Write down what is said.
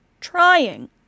trying